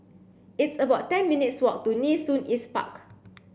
it's about ten minutes' walk to Nee Soon East Park